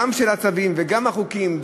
גם של הצווים וגם החוקים,